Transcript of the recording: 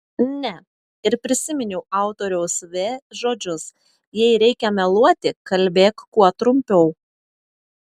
ne ir prisiminiau autoriaus v žodžius jei reikia meluoti kalbėk kuo trumpiau